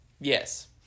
Yes